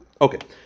Okay